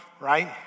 right